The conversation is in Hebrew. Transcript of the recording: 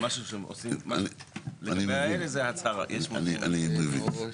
אני מבין.